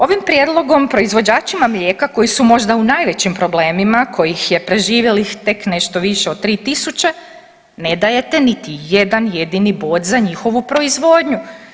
Ovim prijedlogom proizvođačima mlijeka koji su možda u najvećim problemima, kojih je preživjelih tek nešto više od 3000 ne dajete niti jedan jedini bod za njihovu proizvodnju.